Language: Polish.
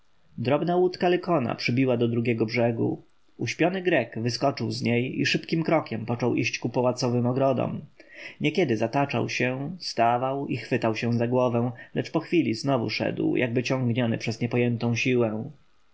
drobna łódka lykona przybiła do drugiego brzegu uśpiony grek wyskoczył z niej i szybkim krokiem począł iść ku pałacowym ogrodom niekiedy zataczał się stawał i chwytał się za głowę lecz po chwili znowu szedł jakby ciągniony przez niepojętą siłę